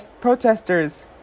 protesters